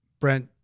Brent